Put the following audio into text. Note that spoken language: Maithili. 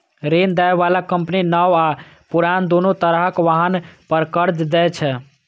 ऋण दै बला कंपनी नव आ पुरान, दुनू तरहक वाहन पर कर्ज दै छै